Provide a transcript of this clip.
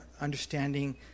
understanding